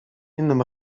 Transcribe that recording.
innym